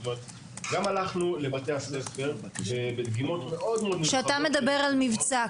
זאת אומרת גם הלכנו לבתי הספר ובדגימות מאוד- -- כשאתה מדבר על מבצע,